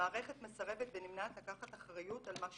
המערכת מסרבת ונמנעת לקחת אחריות על מה שנעשה.